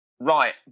Right